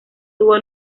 tuvo